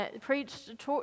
preached